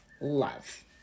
love